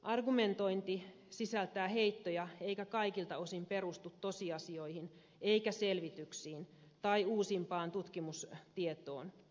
argumentointi sisältää heittoja eikä kaikilta osin perustu tosiasioihin eikä selvityksiin tai uusimpaan tutkimustietoon